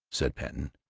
said patten.